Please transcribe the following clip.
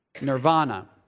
Nirvana